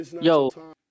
Yo